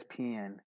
ESPN